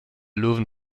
löwen